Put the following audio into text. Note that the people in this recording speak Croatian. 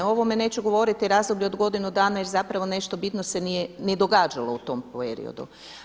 O ovome neću govoriti o razdoblju od godinu dana jer zapravo nešto bitno se nije ni događalo u tom periodu.